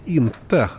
inte